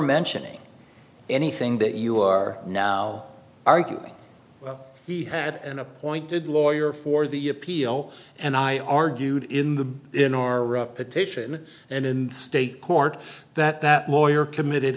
mentioning anything that you are now arguing he had an appointed lawyer for the appeal and i argued in the in our repetition and in state court that that lawyer committed